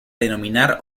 denominar